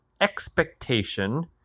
expectation